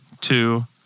Two